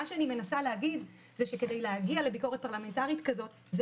מה שאני מנסה להגיד זה שכדי להגיע לביקורת פרלמנטרית כזאת זה